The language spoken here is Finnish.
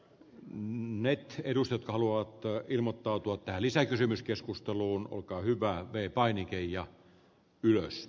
minne sä edustatkaa luottoja ilmoittautua tähän lisäkysymyskeskusteluun olkaa hyvä ei paini keijo ylös